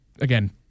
Again